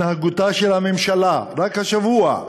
התנהגותה של הממשלה, רק השבוע,